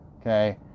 okay